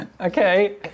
Okay